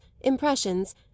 impressions